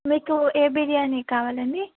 మీకు ఏ బిర్యాని కావాలండి